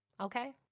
Okay